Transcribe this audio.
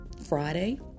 Friday